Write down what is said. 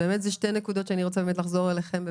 נקודות שאני רוצה לחזור עליהן: